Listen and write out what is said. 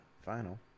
final